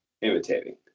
imitating